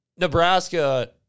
Nebraska